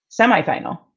semifinal